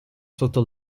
sotto